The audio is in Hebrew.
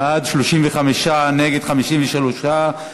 בעד, 35, נגד, 53,